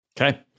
Okay